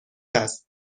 است